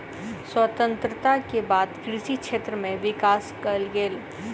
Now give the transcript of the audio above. स्वतंत्रता के बाद कृषि क्षेत्र में विकास कएल गेल